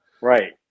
Right